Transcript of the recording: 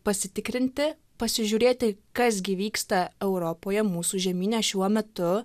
pasitikrinti pasižiūrėti kas gi vyksta europoje mūsų žemyne šiuo metu